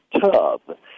tub